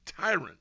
tyrant